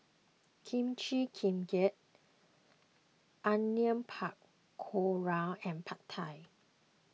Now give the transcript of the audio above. Kimchi Jjigae Onion Pakora and Pad Thai